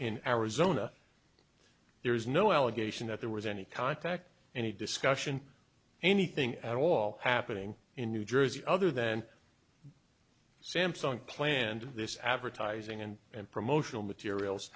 in arizona there is no allegation that there was any contact any discussion anything at all happening in new jersey other than samsung planned this advertising and and promotional materials